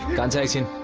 gods in